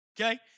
Okay